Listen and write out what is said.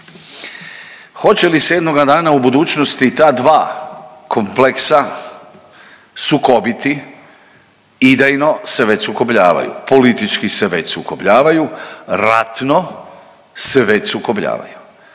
Hoće li se jednoga dana u budućnosti ta dva kompleksa sukobiti? Idejno se već sukobljavaju, politički se već sukobljavaju, ratno se već sukobljavaju.